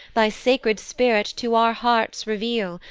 thy sacred spirit to our hearts reveal,